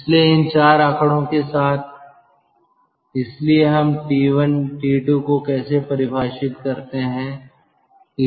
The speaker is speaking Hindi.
इसलिए इन चार आंकड़ों के साथ इसलिए हम T1 T2 को कैसे परिभाषित करते हैं